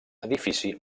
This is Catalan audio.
edifici